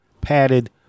padded